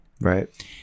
Right